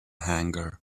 hangar